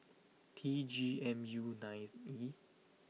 T G M U nine E